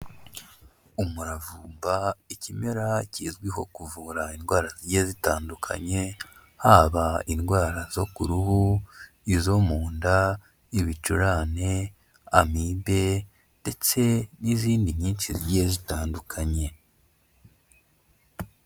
Umuravumba ikimera kizwiho kuvura indwara zigiye zitandukanye, haba indwara zo ku ruhu, izo mu nda, Ibicurane, Amibe ndetse n'izindi nyinshi zigiye zitandukanye.